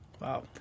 wow